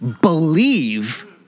believe